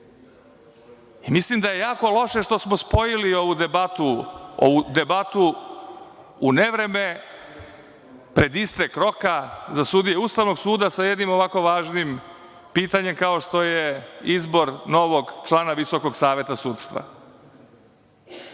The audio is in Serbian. mislim da je jako loše što smo spojili ovu debatu u nevreme, pred istek roka za sudije Ustavnog suda, sa jednim ovako važnim pitanjem kao što je izbor novog člana Visokog savet sudstva.